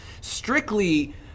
strictly